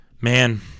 Man